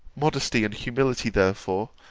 modesty and humility, therefore,